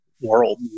world